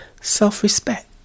self-respect